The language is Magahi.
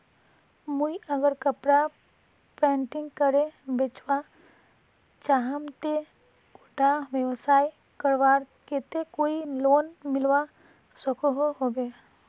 मुई अगर कपड़ा पेंटिंग करे बेचवा चाहम ते उडा व्यवसाय करवार केते कोई लोन मिलवा सकोहो होबे?